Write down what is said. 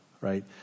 Right